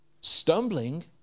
stumbling